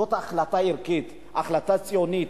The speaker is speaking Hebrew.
זאת החלטה ערכית, החלטה ציונית.